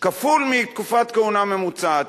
כפול מתקופת כהונה ממוצעת.